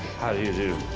how do you do?